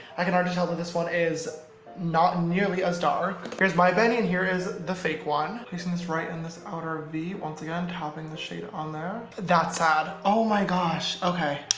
i can already tell that this one is not nearly as dark. here's my benny and here is the fake one. placing this right in this outer v, once again tapping the shade on there. that's sad. oh my gosh. okay.